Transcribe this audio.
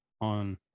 on